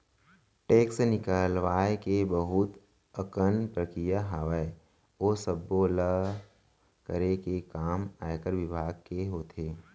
tax निकलवाय के बहुत अकन प्रक्रिया हावय, ओ सब्बो ल करे के काम आयकर बिभाग के होथे